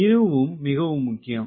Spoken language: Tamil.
இதுவும் மிக முக்கியம்